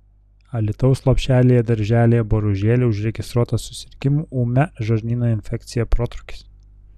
alytaus lopšelyje darželyje boružėlė užregistruotas susirgimų ūmia žarnyno infekcija protrūkis